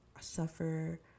suffer